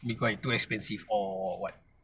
be quite too expensive or what